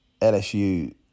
LSU